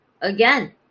again